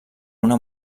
una